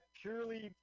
purely